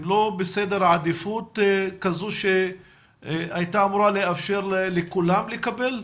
הם לא בסדר עדיפות כזה שהיה אמור לאפשר לכולם לקבל?